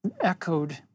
echoed